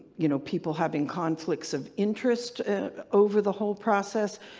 you know, people having conflicts of interest over the whole process,